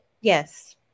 Yes